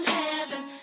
heaven